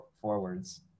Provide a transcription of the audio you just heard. forwards